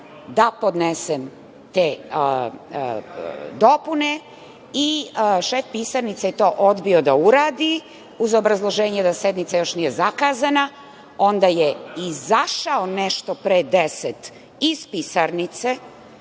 da podnesem te dopune i šef pisarnice je to odbio da uradi, uz obrazloženje da sednica još nije zakazana, onda je izašao nešto pre 10.00 časova iz pisarnice,